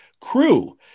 crew –